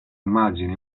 immagini